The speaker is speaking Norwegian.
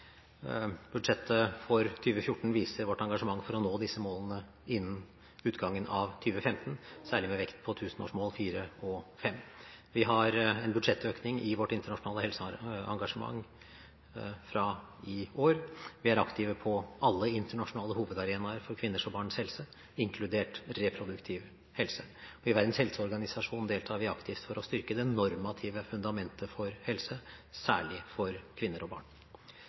Budsjettet for 2014 viser vårt engasjement for å nå disse målene innen utgangen av 2015, særlig med vekt på tusenårsmål nr. 4 og 5. Vi har en budsjettøkning i vårt internasjonale helseengasjement fra i år, vi er aktive på alle internasjonale hovedarenaer for kvinners og barns helse, inkludert reproduktiv helse, og i Verdens helseorganisasjon deltar vi aktivt for å styrke det normative fundamentet for helse, særlig for kvinner og barn.